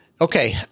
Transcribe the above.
Okay